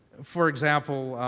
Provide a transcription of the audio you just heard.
for example,